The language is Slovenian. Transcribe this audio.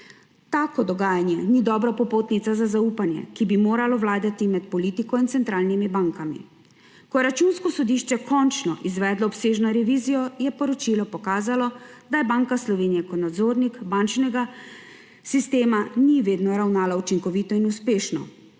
Tako dogajanje ni dobra popotnica za zaupanje, ki bi moralo vladati med politiko in centralnimi bankami. Ko je Računsko sodišče končno izvedlo obsežno revizijo, je poročilo pokazalo, da Banka Slovenije kot nadzornik bančnega sistema ni vedno ravnala učinkovito in uspešno.